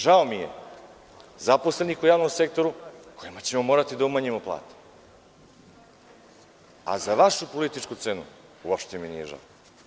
Žao mi je zaposlenih u javnom sektoru kojima ćemo morati da umanjimo plate, a za vašu političku cenu, uopšte mi nije žao.